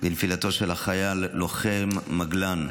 נפילתו של החייל, לוחם מגלן,